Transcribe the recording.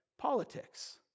Politics